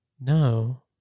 No